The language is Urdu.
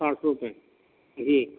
آٹھ سو روپے جی